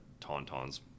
tauntauns